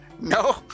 No